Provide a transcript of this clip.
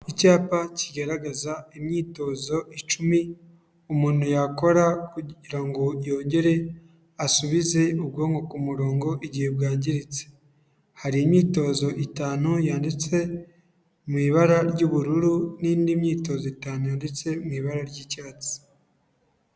Icyapa kigaragaza imyitozo icumi, umuntu yakora kugira ngo yongere asubize ubwonko ku murongo, igihe bwangiritse, hari imyitozo itanu yanditse mu ibara ry'ubururu, n'indi myitozo itanu yanditse mu ibara ry'icyatsi.